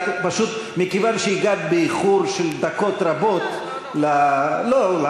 מכיוון שהגעת באיחור של דקות רבות, לא נורא.